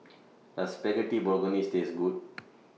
Does Spaghetti Bolognese Taste Good